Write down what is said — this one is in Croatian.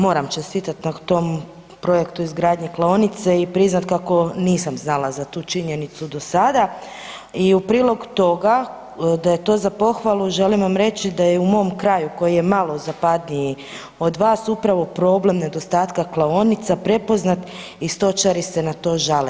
Moram čestiti na tom projektu izgradnje klaonice i priznat kako nisam znala za tu činjenicu do sada i u prilog toga da je to za pohvalu želim vam reći da je i u mom kraju koji je malo zapadniji od vas upravo problem nedostatka klaonica prepoznat i stočari se na to žale.